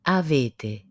avete